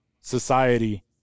society